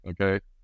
Okay